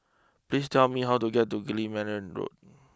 please tell me how to get to Guillemard Road